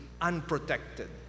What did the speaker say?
unprotected